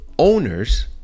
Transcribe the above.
Owners